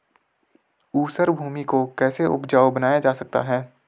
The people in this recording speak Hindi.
ऊसर भूमि को कैसे उपजाऊ बनाया जा सकता है?